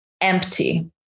Empty